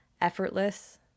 effortless